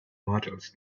models